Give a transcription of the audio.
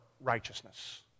righteousness